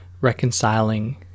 reconciling